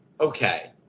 Okay